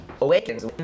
awakens